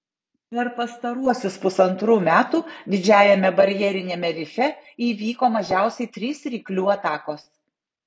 per pastaruosius pusantrų metų didžiajame barjeriniame rife įvyko mažiausiai trys ryklių atakos